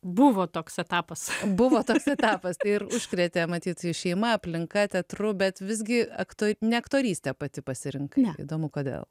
buvo toks etapas buvo toks etapas tai ir užkrėtė matyt jus šeima aplinka teatru bet visgi aktu ne aktoryste pati pasirinkai ne įdomu kodėl